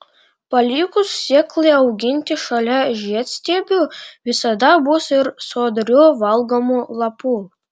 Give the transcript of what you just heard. palikus sėklai auginti šalia žiedstiebių visada bus ir sodrių valgomų lapų